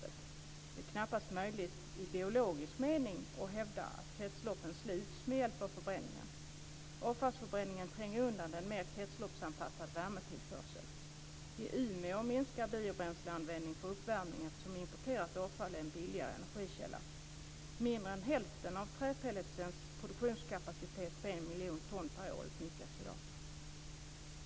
Det är knappast möjligt i biologisk mening att hävda att kretsloppen sluts med hjälp av förbränningen. Avfallsförbränningen tränger undan en mer kretsloppsanpassad värmetillförsel. I Umeå minskar biobränsleanvändning för uppvärmning eftersom importerat avfall är en billigare energikälla. Mindre än hälften av träpelletsens produktionskapacitet på 1 miljon ton per år utnyttjas i dag.